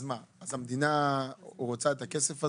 אז מה, המדינה רוצה את הכסף הזה?